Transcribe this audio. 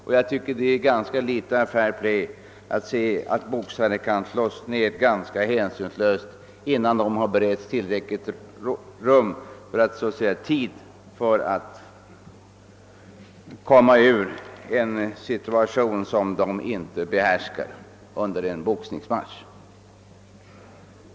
Det är, tycker jag, ganska litet av fair play att exempelvis låta boxare bli hänsynslöst nedslagna innan de beretts tillräcklig tid att kom ma ur en situation som de inte behärskar under en boxningsmatch.